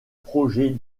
projets